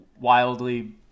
wildly